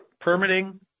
permitting